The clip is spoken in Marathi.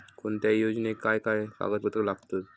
कोणत्याही योजनेक काय काय कागदपत्र लागतत?